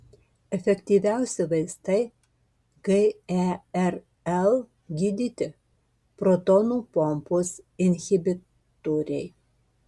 efektyviausi vaistai gerl gydyti protonų pompos inhibitoriai